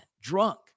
drunk